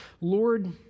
Lord